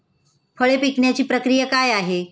फळे पिकण्याची प्रक्रिया काय आहे?